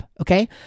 Okay